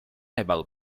about